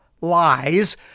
lies